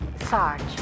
Sarge